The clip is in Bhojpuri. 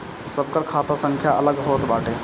सबकर खाता संख्या अलग होत बाटे